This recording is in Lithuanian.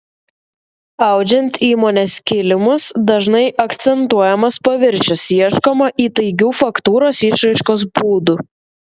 audžiant įmonės kilimus dažnai akcentuojamas paviršius ieškoma įtaigių faktūros išraiškos būdų